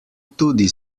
tudi